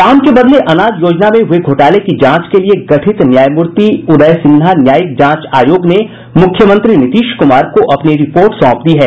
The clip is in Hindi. काम के बदल अनाज योजना में हुये घोटाले की जांच के लिये गठित न्यायमूर्ति उदय सिन्हा न्यायिक जांच आयोग ने मुख्यमंत्री नीतीश कुमार को अपनी रिपोर्ट सौंप दी है